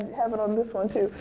have it on this one too.